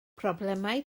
problemau